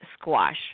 squash